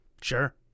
Sure